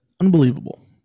Unbelievable